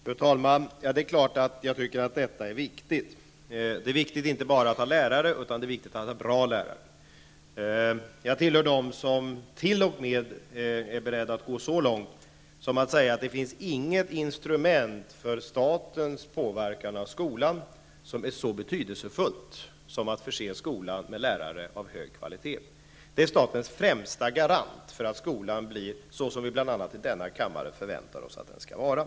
Fru talman! Det är klart att jag tycker att det är viktigt, inte bara att ha lärare, utan också att ha bra lärare. Jag tillhör dem som t.o.m. är beredda att gå så långt som att säga att det inte finns något instrument för statens påverkan av skolan som är så betydelsefullt som att förse skolan med lärare av hög kvalitet. Det är statens främsta garant för att skolan skall bli sådan som vi bl.a. i denna kammare förväntar oss att den skall vara.